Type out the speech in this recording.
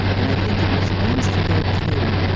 and i think it responds to that fear,